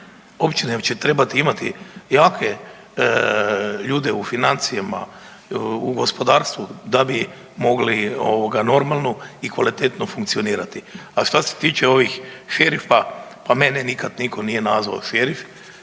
Općine će trebat imati jake ljude u financijama i u gospodarstvu da bi mogli ovoga normalno i kvalitetno funkcionirati. A šta se tiče ovih šerifa, pa mene nikad niko nije nazvao šerif